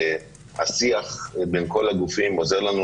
והשיח בין כל הגופים עוזר לנו